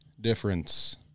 difference